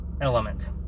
element